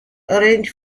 arranged